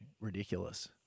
ridiculous